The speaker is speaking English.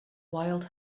wild